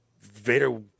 Vader